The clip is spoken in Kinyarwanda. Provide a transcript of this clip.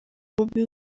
bobi